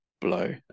blow